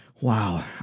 wow